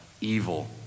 evil